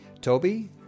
toby